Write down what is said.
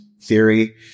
theory